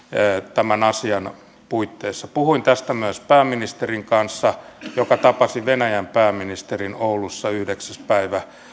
tämän asian puitteissa puhuin tästä myös pääministerin kanssa joka tapasi venäjän pääministerin oulussa yhdeksäs päivä